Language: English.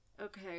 Okay